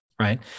right